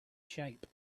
shape